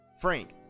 Frank